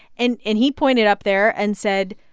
and and he pointed up there and said,